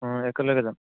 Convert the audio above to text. একেলগে যাম